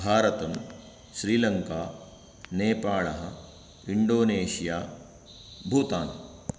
भारतम् श्रीलङ्का नेपालः इण्डोनेशिया भूतान्